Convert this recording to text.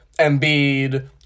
Embiid